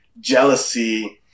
jealousy